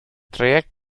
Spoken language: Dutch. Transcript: traject